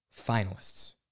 finalists